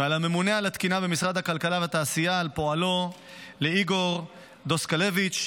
ולממונה על התקינה במשרד הכלכלה והתעשייה איגור דוסקלביץ,